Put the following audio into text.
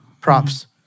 Props